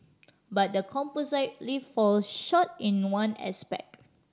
but the composite lift falls short in one aspect